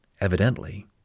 Evidently